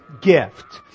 gift